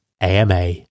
AMA